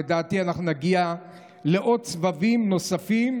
לדעתי אנחנו נגיע לעוד סבבים נוספים,